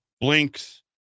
Blinks